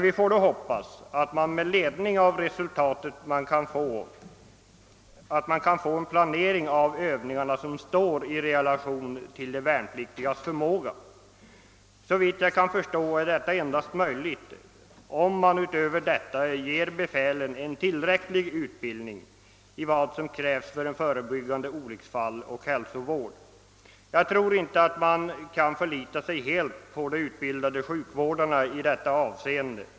Vi får hoppas att man med ledning av undersökningsresultatet kan få en planering av Övningarna som står i relation tiil de värnpliktigas förmåga. Såvitt jag kan förstå är detta möjligt endast om man ger befälet en tillräcklig utbildning i förebyggande olycksfallsoch hälsovård. Jag tror inte att man kan förlita sig helt på de utbildade sjukvårdarna i detta avseende.